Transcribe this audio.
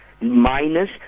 minus